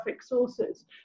sources